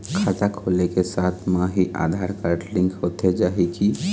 खाता खोले के साथ म ही आधार कारड लिंक होथे जाही की?